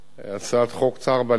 הצעת חוק צער בעלי-חיים